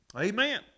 Amen